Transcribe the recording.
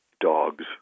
dogs